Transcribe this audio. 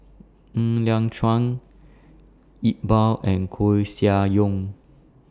Ng Liang Chiang Iqbal and Koeh Sia Yong